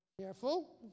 Careful